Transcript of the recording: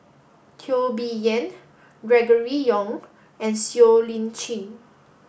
Teo Bee Yen Gregory Yong and Siow Lee Chin